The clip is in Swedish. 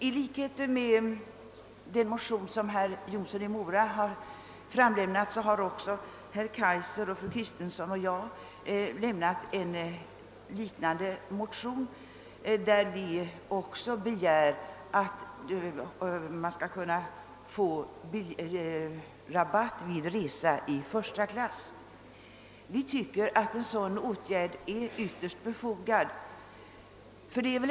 I likhet med herr Jonsson i Mora har också herr Kaijser, fru Kristensson och jag inlämnat en motion där vi begär att man skall kunna få rabatt också vid resa i första klass. Vi tycker att en sådan reform är ytterst befogad.